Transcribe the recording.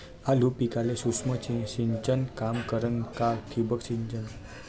आलू पिकाले सूक्ष्म सिंचन काम करन का ठिबक सिंचन?